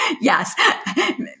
Yes